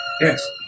Yes